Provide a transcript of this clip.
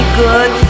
good